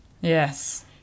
yes